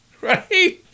Right